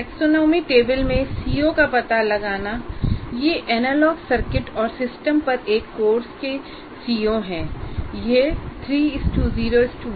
taxonomy table में CO का पता लगाना ये एनालॉग सर्किट और सिस्टम पर एक कोर्स के सीओ हैं